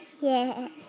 Yes